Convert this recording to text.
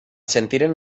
sentiren